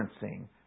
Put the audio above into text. referencing